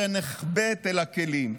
שנחבאת אל הכלים.